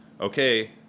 okay